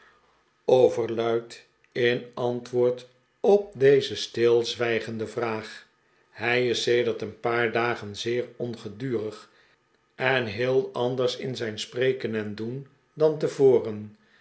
overluid in antwoord op deze stilzwijgende vraag hij is sedert een paar dagen zeer ongedurig en heel anders in zijn spreken en doen dan tevoren